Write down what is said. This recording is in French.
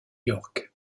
york